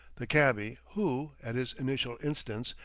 the cabby who, at his initial instance,